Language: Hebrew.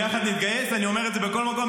"ביחד נתגייס" אני אומר את זה בכל מקום,